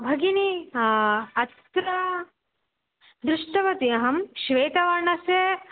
भगिनि अत्र दृष्टवती अहं श्वेतवर्णस्य